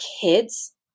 kids